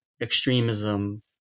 extremism